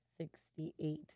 Sixty-eight